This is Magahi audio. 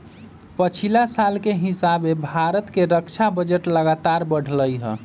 पछिला साल के हिसाबे भारत के रक्षा बजट लगातार बढ़लइ ह